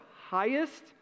highest